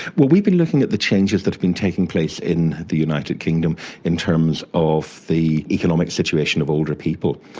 well, we've been looking at the changes that have been taking place in the united kingdom in terms of the economic situation of older people.